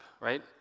right